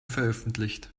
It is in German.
veröffentlicht